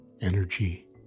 energy